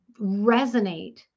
resonate